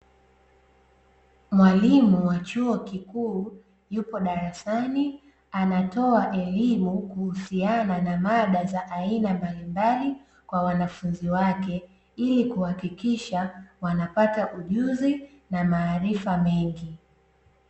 Mwalimu wa chuo kikuu yupo darasani anatoa elimu kuusiana na mada za aina mbalimbali kwa wanafunzi wake ili kuhakikisha wanapata ujuzi na maarifa mengi.